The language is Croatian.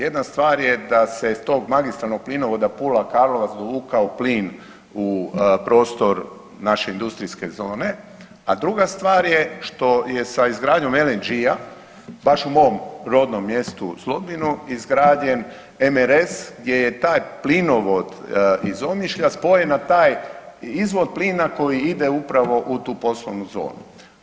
Jedna stvar je da se iz tog magistralnog plinovoda Pula – Karlovac dovukao plin u prostor naše industrijske zone, a druga stvar je što je sa izgradnjom LNG-a baš u mom rodnom mjestu Zlobinu izgrađen MRS gdje je taj plinovod iz Omišlja spojen na taj izvod plina koji ide upravo u tu poslovnu zonu.